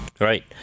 Right